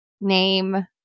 name